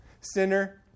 Sinner